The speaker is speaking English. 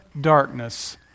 darkness